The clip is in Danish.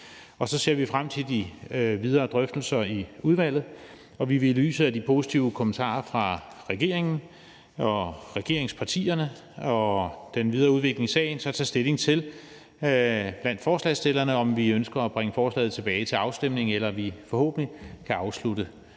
Så ser vi frem til de videre drøftelser i udvalget, og vi vil blandt forslagsstillerne så i lyset af de positive kommentarer fra regeringen og regeringspartierne og den videre udvikling i sagen tage stilling til, om vi ønsker at bringe forslaget tilbage til afstemning, eller om vi forhåbentlig kan afslutte